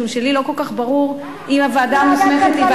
משום שלי לא כל כך ברור אם הוועדה המוסמכת היא,